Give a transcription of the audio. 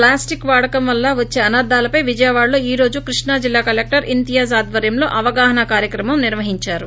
ప్లాస్లిక్ వాడ్డికం వల్ల వచ్చే అనర్గాలపై విజయవాడలో ఈ రోజు కృష్ణా జిల్లా కలెక్టర్ ఇంతియాజ్ ఆధ్వర్యంలో అవగాహనా కార్యక్రమం నిర్వహించారు